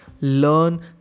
learn